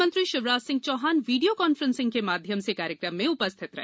मुख्यमंत्री Shivraj Singh Chouhan video conferencing के माध्यम से कार्यक्रम में वर्च्अली उपस्थित रहे